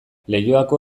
leioako